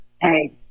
Hey